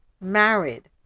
married